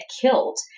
killed